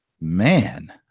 man